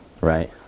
right